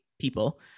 people